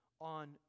on